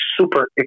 super